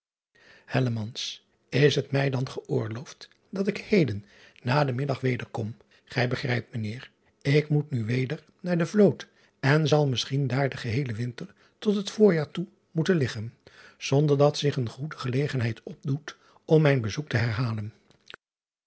s het mij dan geoorloofd dat ik heden na den middag wederkom ij begrijpt ijnheer ik moet nu weder naar de loot en zal misschien daar den geheelen winter tot het voorjaar toe moeten liggen zon driaan oosjes zn et leven van illegonda uisman der dat zich een goede gelegenheid opdoet om mijn bezoek te herhalen